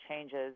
changes